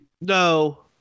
No